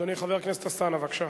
אדוני חבר הכנסת אלסאנע, בבקשה.